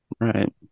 Right